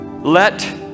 let